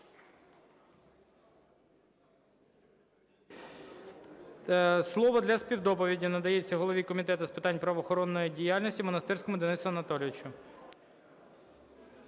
Слово для співдоповіді надається голові Комітету з питань правоохоронної діяльності Монастирському Денису Анатолійовичу.